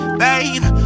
babe